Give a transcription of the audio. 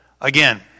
Again